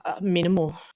Minimal